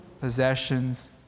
possessions